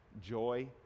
joy